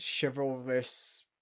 chivalrous